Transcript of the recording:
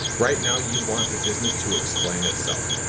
right now you want the business to explain itself.